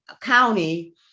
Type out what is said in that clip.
County